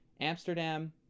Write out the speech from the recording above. amsterdam